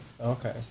Okay